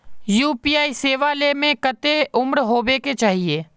UPI सेवा ले में कते उम्र होबे के चाहिए?